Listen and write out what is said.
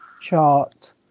chart